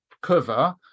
cover